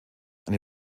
eine